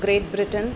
Great Britain